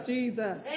Jesus